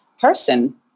person